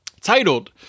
titled